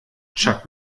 chuck